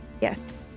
Yes